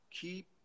keep